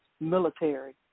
military